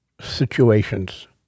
situations